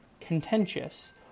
contentious